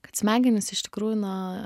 kad smegenys iš tikrųjų na